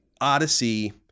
Odyssey